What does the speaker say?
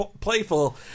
playful